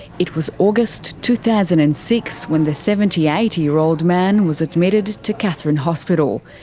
it was august two thousand and six when the seventy eight year old man was admitted to katherine hospital.